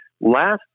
Last